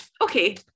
Okay